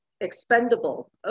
expendable